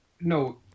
no